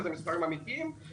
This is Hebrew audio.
שזה מספרים אמיתיים,